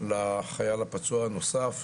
לחייל הפצוע הנוסף,